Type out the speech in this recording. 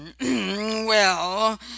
Well